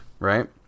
Right